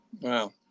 Wow